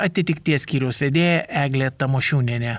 atitikties skyriaus vedėja eglė tamošiūnienė